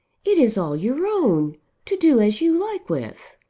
it is all your own to do as you like with.